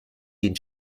den